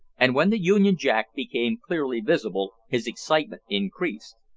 and when the union jack became clearly visible his excitement increased.